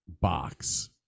box